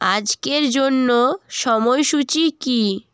আজকের জন্য সময়সূচী কী